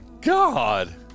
God